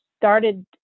started